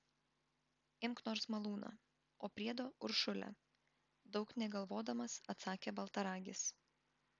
imk nors malūną o priedo uršulę daug negalvodamas atsakė baltaragis